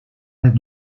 het